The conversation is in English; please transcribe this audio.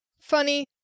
funny